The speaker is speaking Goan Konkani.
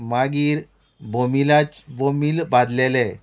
मागीर बोमिलाच बोमील बाजलेले